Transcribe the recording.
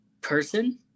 person